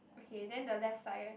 okay then the left side